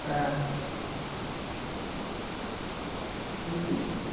ऐं हूं